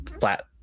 flat